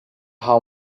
how